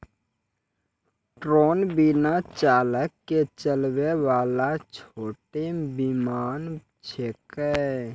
drone बिना चालक के चलै वाला छोटो विमान छेकै